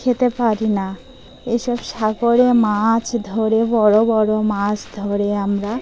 খেতে পারি না এইসব সাগরে মাছ ধরে বড়ো বড়ো মাছ ধরে আমরা